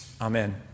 amen